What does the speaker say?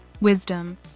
wisdom